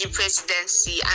presidency